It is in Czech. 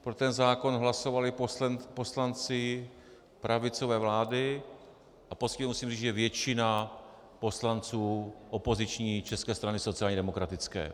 Pro ten zákon hlasovali poslanci pravicové vlády a poctivě musím říct, že většina poslanců opoziční České strany sociálně demokratické.